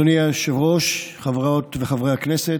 אדוני היושב-ראש, חברות וחברי הכנסת,